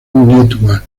newark